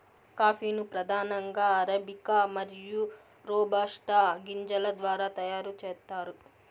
coffee ను ప్రధానంగా arabica మరియు రోబస్టా గింజల ద్వారా తయారు చేత్తారు